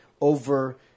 over